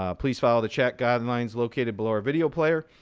ah please follow the chat guidelines located below our video player.